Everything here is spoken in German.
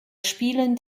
spielen